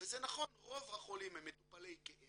וזה נכון, רוב החולים הם מטופלי כאב.